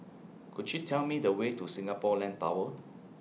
Could YOU Tell Me The Way to Singapore Land Tower